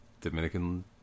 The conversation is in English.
Dominican